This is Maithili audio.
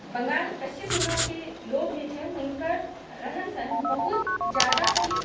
बङ्गाल पच्छिम बङ्गालके लोक जे छै हुनकर रहनसहन बहुत ज्यादा ही